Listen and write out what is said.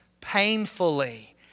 painfully